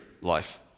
life